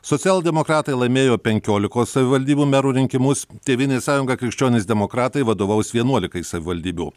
socialdemokratai laimėjo penkiolikos savivaldybių merų rinkimus tėvynės sąjunga krikščionys demokratai vadovaus vienuolikai savivaldybių